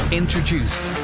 introduced